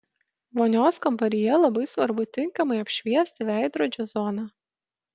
vonios kambaryje labai svarbu tinkamai apšviesti veidrodžio zoną